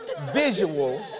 visual